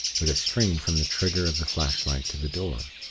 with a string from the trigger of the flashlight to the door.